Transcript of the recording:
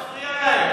מה זה מפריע להם?